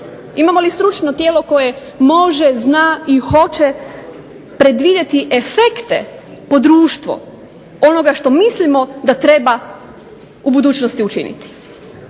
Imamo li stručno tijelo koje može, zna i hoće predvidjeti efekte po društvo, ono što mislimo da treba u budućnosti učiniti.